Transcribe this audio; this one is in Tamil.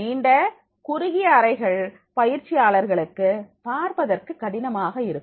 நீண்ட குறுகிய அறைகள் பயிற்சியாளர்களுக்கு பார்ப்பதற்கு கடினமாக இருக்கும்